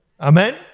Amen